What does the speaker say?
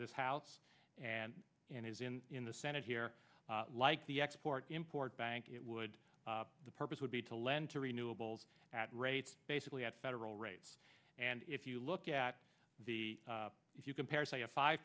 this house and and is in in the senate here like the export import bank it would the purpose would be to lend to renewables at rates basically at federal rates and if you look at the if you compare say a five